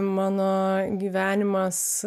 mano gyvenimas